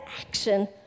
action